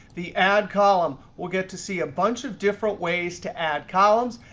the add column. we'll get to see a bunch of different ways to add columns.